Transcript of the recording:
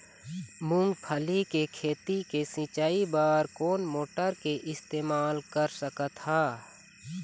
मूंगफली के खेती के सिचाई बर कोन मोटर के इस्तेमाल कर सकत ह?